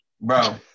Bro